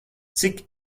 cik